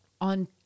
on